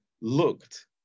looked